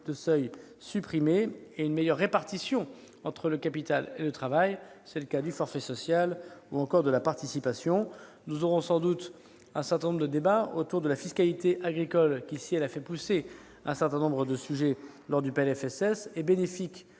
de seuil supprimés et une meilleure répartition entre le capital et le travail. Je veux parler du forfait social ou encore de la participation. Nous aurons sans doute des débats autour de la fiscalité agricole, qui, si elle a fait pousser un certain nombre de sujets lors du PLFSS, est bénéfique